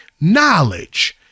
Knowledge